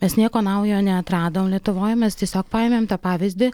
mes nieko naujo neatradom lietuvoje mes tiesiog paėmėm tą pavyzdį